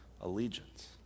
allegiance